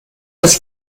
das